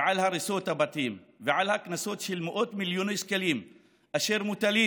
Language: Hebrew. על הריסות הבתים ועל הקנסות במאות מיליוני שקלים אשר מוטלים